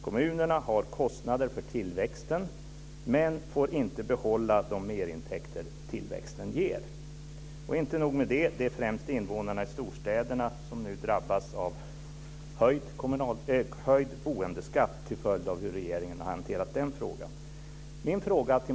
Kommunerna har kostnader för tillväxten men får inte behålla de merintäkter som tillväxten ger. Det är inte nog med det. Det är främst invånarna i storstäderna som nu drabbas av höjd boendeskatt till följd av hur regeringen har hanterat den frågan.